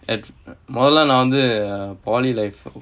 மொதல்ல நான் வந்து:mothala naan vanthu polytechnic life